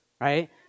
right